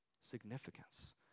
Significance